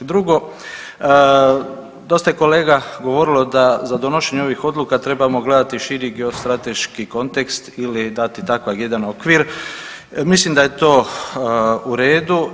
Drugo, dosta je kolega govorilo da za donošenje ovih odluka trebamo gledati širi geostrateški kontekst ili dati takav jedan okvir i mislim da je to u redu.